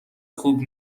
خوب